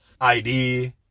ID